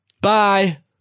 Bye